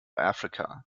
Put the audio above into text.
africa